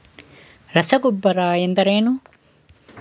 ರಸಗೊಬ್ಬರ ಎಂದರೇನು?